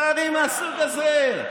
דברים מהסוג הזה.